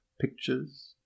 pictures